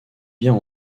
bien